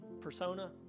persona